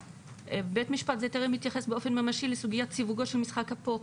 ש"בית משפט זה טרם התייחס באופן ממשי לסוגיית סיווגו של משחק הפוקר".